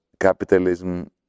capitalism